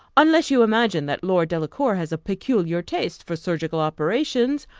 unless you imagine that lord delacour has a peculiar taste for surgical operations,